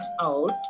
out